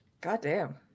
Goddamn